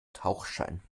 tauchschein